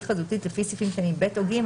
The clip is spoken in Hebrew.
חזותית לפי סעיפים קטנים (ב) או (ג),